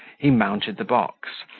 he mounted the box,